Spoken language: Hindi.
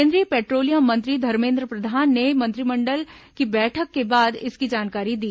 केन्द्रीय पेट्रोलियम मंत्री धर्मेद्र प्रधान ने मंत्रिमंडल की बैठक के बाद इसकी जानकारी दी